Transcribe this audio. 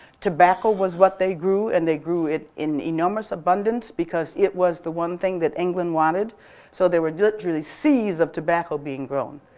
tobacco was what they grew and they grew it in enormous abundance because it was the one thing that england wanted so there were literally seas of tobacco being grown.